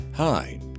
Hi